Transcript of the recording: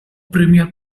premiere